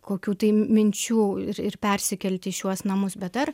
kokių minčių ir ir persikelti į šiuos namus bet dar